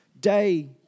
day